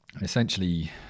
Essentially